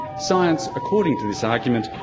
science, according to this argument,